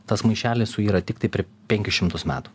tas maišelis suyra tiktai penkis šimtus metų